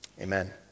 Amen